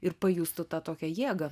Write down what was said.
ir pajustų tą tokią jėgą